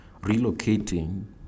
relocating